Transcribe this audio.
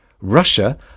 Russia